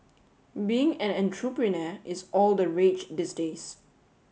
being an entrepreneur is all the rage these days